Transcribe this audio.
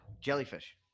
Jellyfish